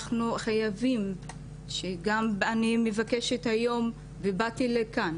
אני מבקשת היום ובאתי לכאן